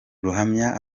ruhamya